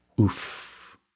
oof